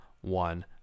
one